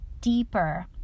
deeper